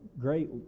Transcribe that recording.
great